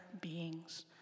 beings